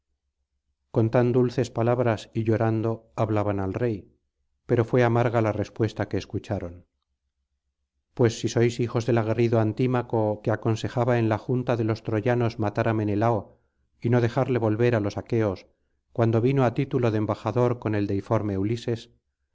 con tan dulces palabras y llorando hablaban al rey pero fué amarga la respuesta que escucharon pues si sois hijos del aguerrido antímaco que aconsejaba en la junta de los troyanos matar á menelao y no dejarle volver á los aqueos cuando vino á título de embajador con el deiforme ulises